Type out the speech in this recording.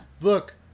Look